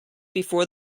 before